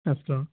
अस्तु